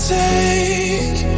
take